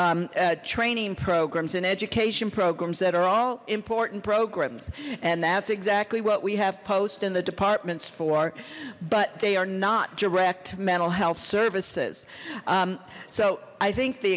training programs and education programs that are all important programs and that's exactly what we have post in the departments for but they are not direct mental health services so i think the